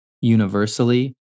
universally